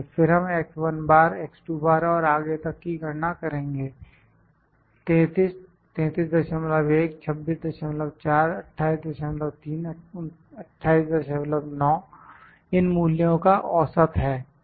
फिर हम और आगे तक की गणना करेंगे 33 331 264 283 289 इन मूल्यों का औसत है